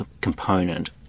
component